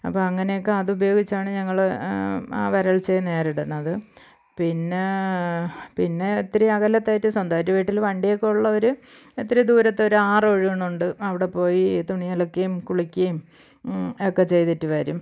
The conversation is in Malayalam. അപ്പോൾ അങ്ങനെ ഒക്കെ അത് ഉപയോഗിച്ചാണ് ഞങ്ങൾ ആ വരള്ച്ചയെ നേരിടുന്നത് പിന്നേ പിന്നെ ഇത്തിരി അകലത്തായിട്ട് സ്വന്തമായിട്ട് വീട്ടിൽ വണ്ടി ഒക്കെ ഉള്ളവർ ഇത്തിരി ദൂരത്ത് ഒരു ആറ് ഒഴുകുന്നുണ്ട് അവിടെ പോയി തുണി അലക്കുവേം കുളിക്കുവേം ഒക്കെ ചെയ്തിട്ട് വരും